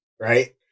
right